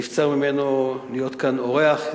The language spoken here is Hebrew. נבצר ממנו להיות כאן אורח,